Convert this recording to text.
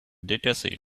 dataset